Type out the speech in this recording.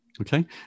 Okay